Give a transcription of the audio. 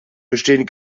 bestehen